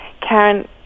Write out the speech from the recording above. Karen